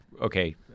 Okay